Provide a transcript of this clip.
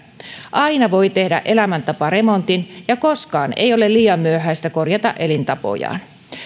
aina voi tehdä elämäntaparemontin ja koskaan ei ole liian myöhäistä korjata elintapojaan